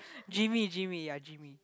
Jimmy Jimmy ya Jimmy